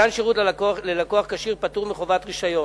מתן שירות ללקוח כשיר פטור מחובת רשיון.